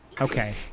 Okay